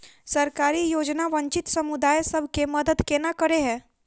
सरकारी योजना वंचित समुदाय सब केँ मदद केना करे है?